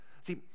See